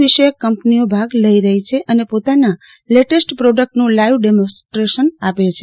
વિષયક કંપનીઓ ભાગ લઇ રહી છે અને પોતાના લેટેસ્ટ પ્રોડક્ટનું લાઇવ ડેમોન્સ્ટ્રેશન આપશે